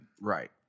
Right